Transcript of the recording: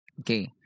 Okay